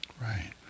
Right